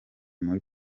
muri